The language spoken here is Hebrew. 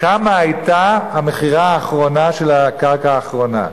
כמה היתה המכירה האחרונה של הקרקע האחרונה?